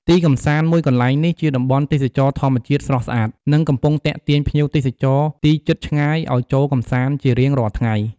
ទីកម្សាន្តមួយកន្លែងនេះ ជាតំបន់ទេសចរណ៍ធម្មជាតិស្រស់ស្អាត និងកំពុងទាក់ទាញភ្ញៀវទេសចរទីជិតឆ្ងាយឱ្យចូលកម្សាន្តជារៀងរាល់ថ្ងៃ។